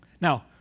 Now